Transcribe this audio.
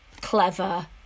clever